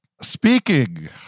Speaking